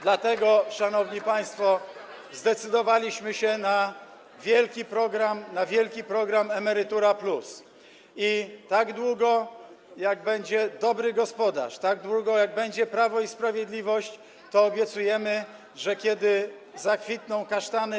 Dlatego, szanowni państwo, zdecydowaliśmy się na wielki program „Emerytura+” i tak długo, jak będzie dobry gospodarz, tak długo, jak będzie Prawo i Sprawiedliwość, to, obiecujemy, kiedy zakwitną kasztany.